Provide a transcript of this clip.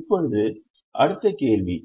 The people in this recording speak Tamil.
இப்போது அடுத்த கேள்வி